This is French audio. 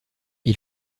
ils